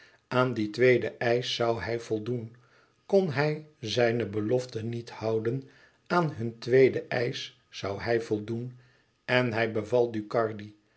aan dien tweeden eisch zoû hij voldoen kon hij zijne belofte niet houden aan hun tweeden eisch zoû hij voldoen en hij beval ducardi